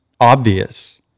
obvious